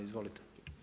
Izvolite.